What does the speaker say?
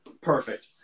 Perfect